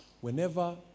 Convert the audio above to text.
Whenever